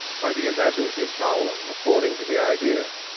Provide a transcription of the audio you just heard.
by the imaginative power, according to the idea.